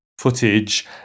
footage